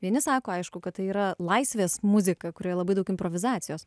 vieni sako aišku kad tai yra laisvės muzika kurioj labai daug improvizacijos